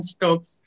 Stokes